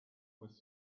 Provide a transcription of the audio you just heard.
was